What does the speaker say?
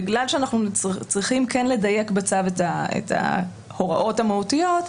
בגלל שאנחנו צריכים כן לדייק בצו את ההוראות המהותיות,